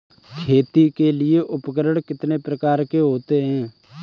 खेती के लिए उपकरण कितने प्रकार के होते हैं?